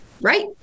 Right